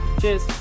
Cheers